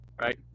right